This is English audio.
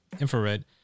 infrared